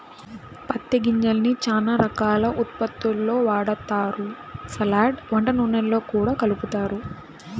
పత్తి గింజల్ని చానా రకాల ఉత్పత్తుల్లో వాడతారు, సలాడ్, వంట నూనెల్లో గూడా కలుపుతారు